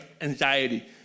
anxiety